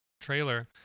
trailer